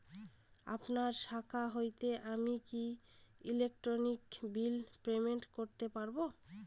আপনার শাখা হইতে আমি কি ইলেকট্রিক বিল পেমেন্ট করতে পারব?